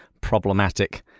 problematic